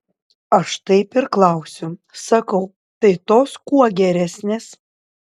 aš taip ir klausiu sakau tai tos kuo geresnės